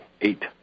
eight